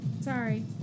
Sorry